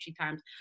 times